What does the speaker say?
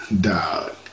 dog